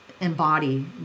embody